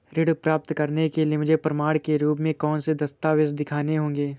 ऋण प्राप्त करने के लिए मुझे प्रमाण के रूप में कौन से दस्तावेज़ दिखाने होंगे?